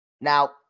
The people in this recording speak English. now